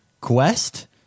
Quest